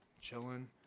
chilling